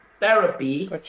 therapy